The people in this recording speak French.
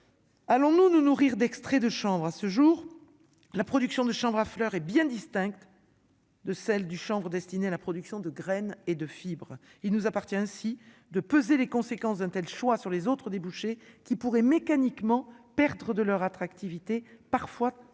allons-nous nous nourrir d'extraits de chambre à ce jour, la production de chambre à fleurs et bien distinctes. De celle du chanvre destiné à la production de graines et de fibres, il nous appartient ainsi de peser les conséquences d'un tel choix sur les autres débouchés qui pourrait mécaniquement perdre de leur attractivité parfois déjà